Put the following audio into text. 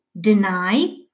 deny